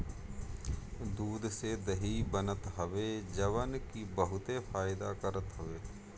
दूध से दही बनत हवे जवन की बहुते फायदा करत हवे